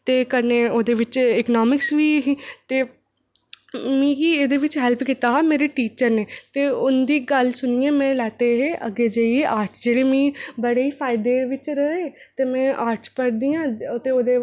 ते कन्नै ओह्दे बिच इकनॉमिक्स बी ऐहीं मिगी एह्दे बिच हैल्प कीता हा मेरे टीचर नै ते उं'दी गल्ल सुनियै में अग्गें जाइयै लैते हे ऑर्टस ते जेह्ड़े मिगी बड़े फायदे बिच रेह् ते में ऑर्ट पढ़दी आं ते ओह्दे